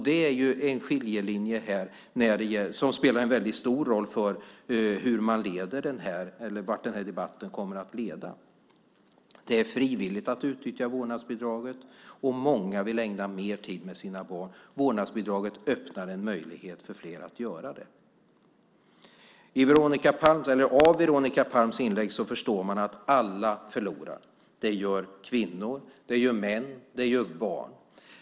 Det är en skiljelinje som spelar en stor roll för vart den här debatten kommer att leda. Det är frivilligt att utnyttja vårdnadsbidraget, och många vill ägna mer tid åt sina barn. Vårdnadsbidraget öppnar en möjlighet för fler att göra det. Av Veronica Palms inlägg förstår man att alla förlorar. Det gör kvinnor, män och barn.